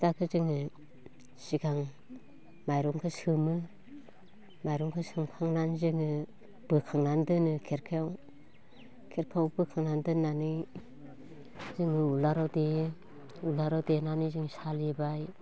फिथाखो जोङो सिगां माइरंखो सोमो माइरंखो सोमखांनानै जोङो बोखांनानै दोनो खेरखायाव खेरखायाव बोखांनानै दोननानै जोङो उलाराव देयो उलाराव देनानै जों सालिबाय